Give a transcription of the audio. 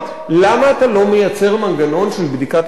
למה אתה לא מייצר מנגנון של בדיקת הבקשות?